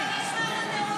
הראשונה.